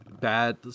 Bad